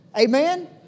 Amen